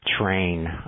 train